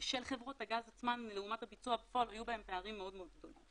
של חברות הגז עצמן לעומת הביצוע בפועל היו בהם פערים מאוד מאוד גדולים.